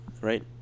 right